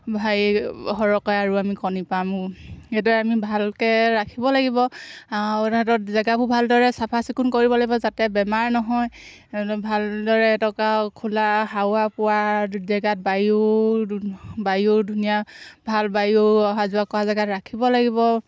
হেৰি সৰহকৈ আৰু আমি কণী পাম সেইটোৱে আমি ভালকৈ ৰাখিব লাগিব তাহাঁতৰ জেগাবোৰ ভালদৰে চাফাচিকুণ কৰিব লাগিব যাতে বেমাৰ নহয় ভালদৰে থকা খোলা হাৱা পোৱা জেগাত বায়ু বায়ুৰ ধুনীয়া ভাল বায়ু অহা যোৱা কৰা জেগাত ৰাখিব লাগিব